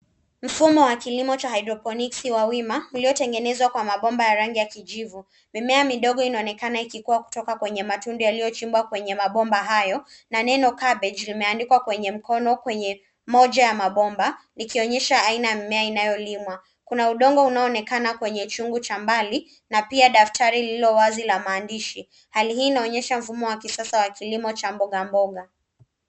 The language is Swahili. Mfumo wa kilimo cha hydroponics wa wima uliotengenezwa kwa mabomba ya rangi ya kijivu. Mimea midogo inaonekana ikikuwa kutoka kwenye matundu yaliyochimba kwenye mabomba hayo na neno kabeji limeandikwa kwenye mkono kwenye moja ya mabomba likionyesha aina inayolimwa. Kuna udongo unaonekana kwenye chungu cha mbali na pia daftari lililowazi la maandishi hali hii inaonyesha mfumo wa kisasa wa kilimo cha mboga mboga.